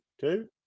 two